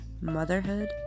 motherhood